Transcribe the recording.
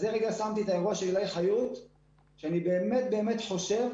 שמתי את האירוע של עילי חיות שאני באמת חושב